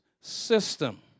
system